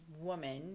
woman